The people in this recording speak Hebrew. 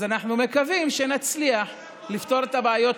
אז אנחנו מקווים שנצליח לפתור את הבעיות,